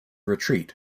retreat